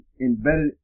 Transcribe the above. embedded